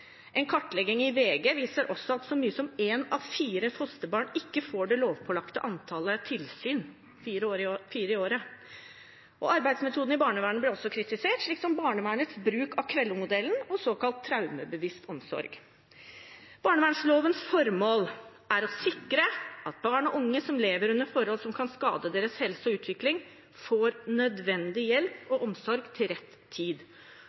En kartlegging utført av VG viser også at så mange som ett av fire fosterbarn ikke får det lovpålagte antall tilsyn fire ganger i året. Arbeidsmetoden i barnevernet blir også kritisert, som barnevernets bruk av Kvello-modellen og såkalt traumebevisst omsorg. Barnevernslovens formål er å sikre at barn og unge som lever under forhold som kan skade deres helse og utvikling, får nødvendig hjelp og omsorg til rett tid,